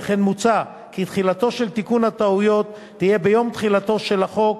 וכן מוצע כי תחילתו של תיקון הטעויות תהיה ביום תחילתו של החוק,